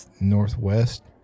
northwest